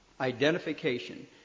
Identification